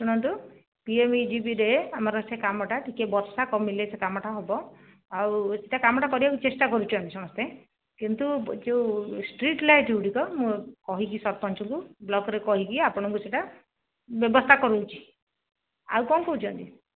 ଶୁଣନ୍ତୁ ପିଏମିଜିବିରେ ଆମର ସେ କାମଟା ଟିକେ ବର୍ଷା କମିଲେ ସେ କାମଟା ହେବ ଆଉ ସେଟା କାମଟା କରିବାକୁ ଚେଷ୍ଟା କରୁଛୁ ଆମେ ସମସ୍ତେ କିନ୍ତୁ ଯେଉଁ ଷ୍ଟ୍ରିଟ୍ ଲାଇଟ୍ ଗୁଡ଼ିକ କହିକି ସରପଞ୍ଚଙ୍କୁ ବ୍ଲକରେ କହିକି ଆପଣଙ୍କୁ ସେହିଟା ବ୍ୟବସ୍ଥା କରାଉଛି ଆଉ କଣ କହୁଛନ୍ତି